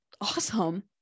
awesome